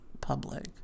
public